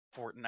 fortnite